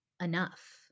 enough